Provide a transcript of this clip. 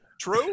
True